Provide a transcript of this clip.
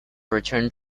returned